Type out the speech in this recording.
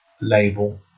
Label